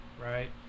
right